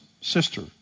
sister